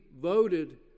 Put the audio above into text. voted